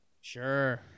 Sure